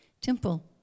temple